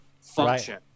function